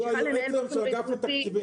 והוא היועץ היום של אגף התקציבים.